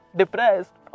depressed